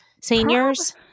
seniors